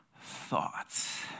thoughts